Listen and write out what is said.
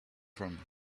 from